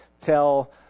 tell